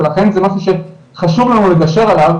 לכן זה משהו שחשוב לנו לגשר עליו,